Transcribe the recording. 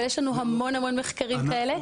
יש לנו המון מחקרים כאלה.